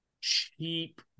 cheap